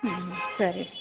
ಹ್ಞೂ ಹ್ಞೂ ಸರಿ